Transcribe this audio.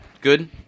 good